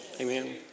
amen